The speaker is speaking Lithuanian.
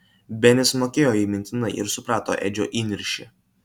benis mokėjo jį mintinai ir suprato edžio įniršį